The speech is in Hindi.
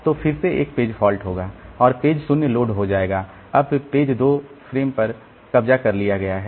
तो फिर से एक पेज फॉल्ट होगा और पेज 0 लोड हो जाएगा अब 2 फ्रेम पर कब्जा कर लिया गया है